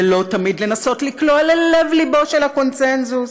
ולא תמיד לנסות לקלוע ללב-לבו של הקונסנזוס,